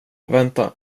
vänta